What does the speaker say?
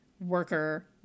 worker